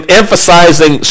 emphasizing